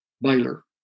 Baylor